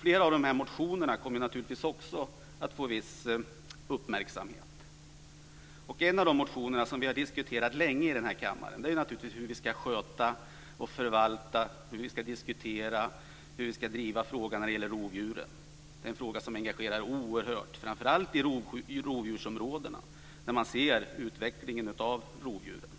Flera av de motionerna kommer naturligtvis också att få viss uppmärksamhet. En av de motioner som vi har diskuterat länge i den här kammaren är naturligtvis hur vi ska sköta och förvalta, hur vi ska diskutera och driva frågan om rovdjuren. Det är en fråga som engagerar oerhört, framför allt i rovdjursområdena, där man ser utvecklingen av rovdjursstammarna.